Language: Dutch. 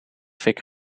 fik